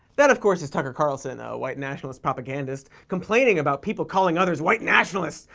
that, of course, is tucker carlson, a white nationalist propagandist, complaining about people calling others white nationalists,